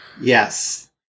Yes